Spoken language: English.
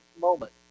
moment